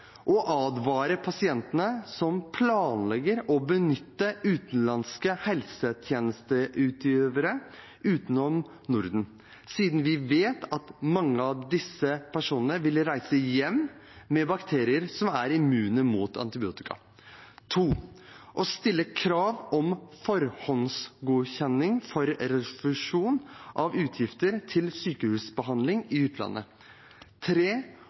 advare pasienter som planlegger å benytte utenlandske helsetjenestetilbydere utenom Norden, siden vi vet at mange av disse personene vil reise hjem med bakterier som er immune mot antibiotika å stille krav om forhåndsgodkjenning for refusjon av utgifter til sykehusbehandling i utlandet